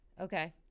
Okay